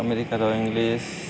ଆମେରିକାର ଇଂଲିଶ୍